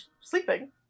sleeping